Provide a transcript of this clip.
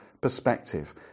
perspective